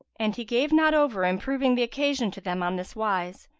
and he gave not over improving the occasion to them on this wise,